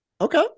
Okay